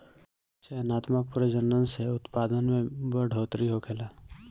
चयनात्मक प्रजनन से उत्पादन में बढ़ोतरी होखेला